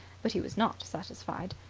but he was not satisfied.